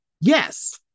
Yes